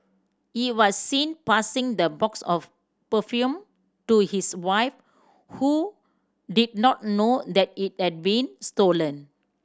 he was seen passing the box of perfume to his wife who did not know that it had been stolen